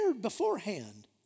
beforehand